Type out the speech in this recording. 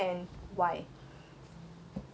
farm I would want to be a